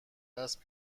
است